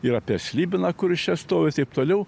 ir apie slibiną kuris čia stovi taip toliau